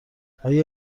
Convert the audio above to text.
آیا